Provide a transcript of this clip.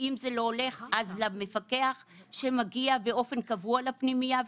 ואם זה לא הולך אז למפקח שמגיע באופן קבוע לפנימייה,